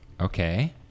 Okay